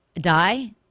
die